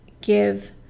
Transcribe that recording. give